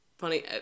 Funny